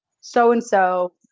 so-and-so